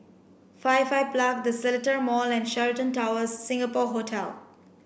Firefly The Seletar Mall and Sheraton Towers Singapore Hotel